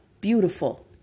beautiful